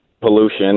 pollution